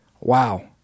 Wow